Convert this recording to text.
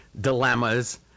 dilemmas